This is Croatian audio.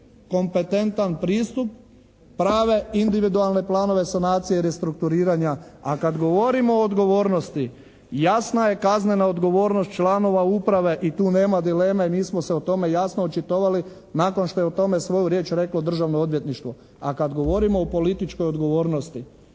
kompetentan pristup prave individualne planove sanacije i restrukturiranja, a kad govorimo o odgovornosti jasna je kaznena odgovornost članova uprave i tu nema dileme, mi smo se o tome jasno očitovali nakon što je o tome svoju riječ reklo Državno odvjetništvo, a kad govorimo o političkoj odgovornosti